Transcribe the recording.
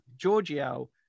Giorgio